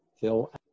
Phil